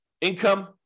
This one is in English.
Income